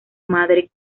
madre